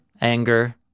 Anger